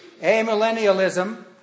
Amillennialism